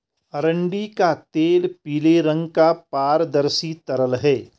अरंडी का तेल पीले रंग का पारदर्शी तरल है